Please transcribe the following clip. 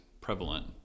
prevalent